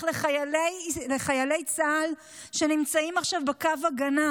לחיילי צה"ל שנמצאים עכשיו בקו ההגנה,